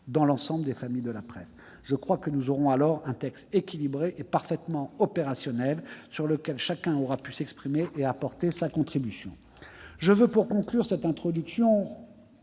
dans l'ensemble des familles de presse. Nous aurons alors un texte équilibré et parfaitement opérationnel, sur lequel chacun aura pu s'exprimer et apporter sa contribution. Je veux conclure cette introduction